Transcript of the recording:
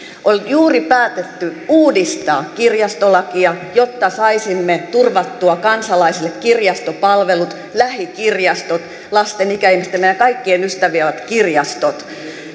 on juuri päätetty uudistaa kirjastolakia jotta saisimme turvattua kansalaisille kirjastopalvelut lähikirjastot lasten ikäihmisten meidän kaikkien ystäviä ovat kirjastot